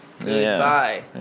Goodbye